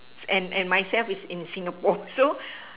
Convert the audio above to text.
and and myself is in Singapore so